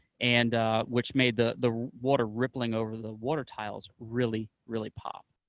and which made the the water rippling over the water tiles really, really pop.